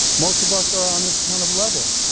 most of us are on this kind of level.